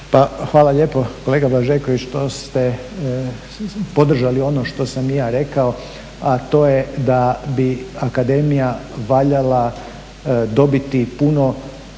hvala lijepo kolega Blažeković što ste podržali ono što sam i ja rekao, a to je da bi akademija valjala dobiti puno